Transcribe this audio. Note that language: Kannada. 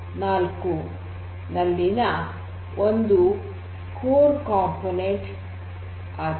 0 ನಲ್ಲಿನ ಒಂದು ಕೋರ್ ಘಟಕ